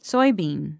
Soybean